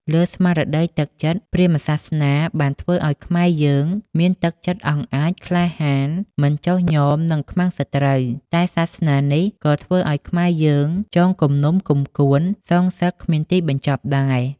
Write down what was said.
លើស្មារតីទឹកចិត្ត ព្រាហ្មសាសនាបានធ្វើឱ្យខ្មែរយើងមានទឹកចិត្តអង់អាច ក្លាហាន មិនចុះញ៉មនឹងខ្មាំងសត្រូវ តែសាសនានេះក៏ធ្វើឱ្យខ្មែរយើងចង គំនុំគំគួនគ្នា សងសឹក គ្មានទីបញ្ចប់ដែរ។